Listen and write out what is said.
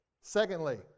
Secondly